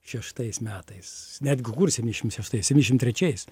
šeštais metais netgi kur septyniasdešimt šeštais septyniasdešimt trečiais